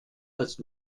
als